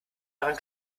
dran